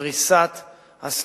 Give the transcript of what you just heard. בפריסת הסניפים.